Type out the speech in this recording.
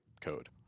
code